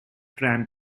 tram